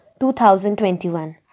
2021